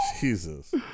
Jesus